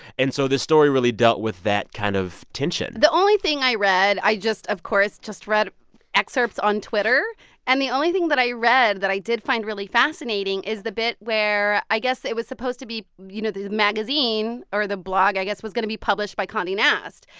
and so this story really dealt with that kind of tension the only thing i read i just, of course, just read excerpts on twitter and the only thing that i read that i did find really fascinating is the bit where, i guess, it was supposed to be, you know, the the magazine or the blog, i guess, was going to be published by conde nast.